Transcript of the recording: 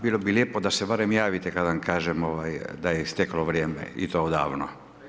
Bilo bi lijepo da se barem javite kad vam kažem da je isteklo vrijeme i to odavno.